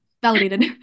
validated